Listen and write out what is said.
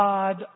God